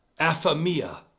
Aphemia